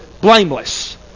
blameless